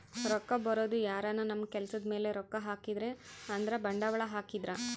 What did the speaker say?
ರೊಕ್ಕ ಬರೋದು ಯಾರನ ನಮ್ ಕೆಲ್ಸದ್ ಮೇಲೆ ರೊಕ್ಕ ಹಾಕಿದ್ರೆ ಅಂದ್ರ ಬಂಡವಾಳ ಹಾಕಿದ್ರ